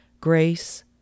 grace